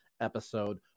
episode